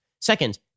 Second